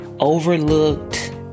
overlooked